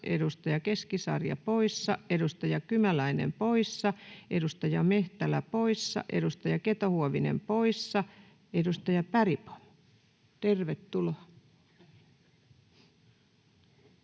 edustaja Keskisarja poissa, edustaja Kymäläinen poissa, edustaja Mehtälä poissa, edustaja Keto-Huovinen poissa. — Edustaja Bergbom, tervetuloa.